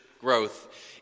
growth